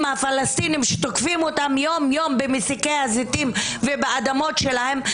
הפלסטינים שתוקפים אותם יום יום במסיקי הזיתים ובאדמות שלהם,